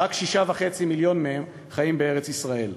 רק 6.5 מיליון מהם חיים בארץ-ישראל.